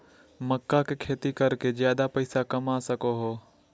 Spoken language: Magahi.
मक्का के खेती कर के ज्यादा पैसा कमा सको हो